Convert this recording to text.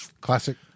Classic